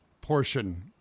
portion